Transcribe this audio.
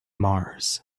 mars